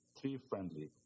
tree-friendly